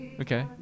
Okay